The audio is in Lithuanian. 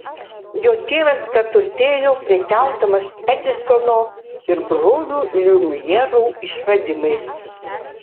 jo tėvas praturtėjo prekiaudamas edisono ir brolių liumjerų išradimais